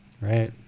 right